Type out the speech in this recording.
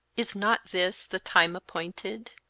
is not this the time appointed?